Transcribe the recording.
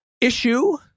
issue